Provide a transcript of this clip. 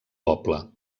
poble